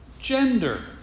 gender